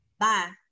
bye